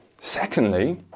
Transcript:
Secondly